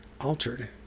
altered